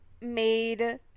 made